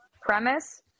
Premise